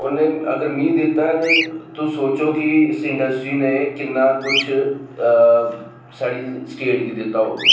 उ'नें अगर मीं दित्ता ते तुस सोचो की इस इंडस्ट्री ने किन्ना किश साढ़ी स्टेट गी दित्ता हा